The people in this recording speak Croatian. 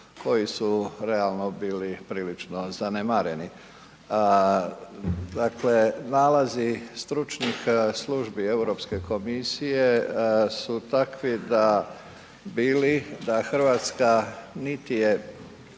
koji su realno bili prilično zanemareni. Dakle nalazi stručnih službi Europske komisije su takvi da bili da Hrvatska niti je